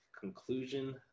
conclusion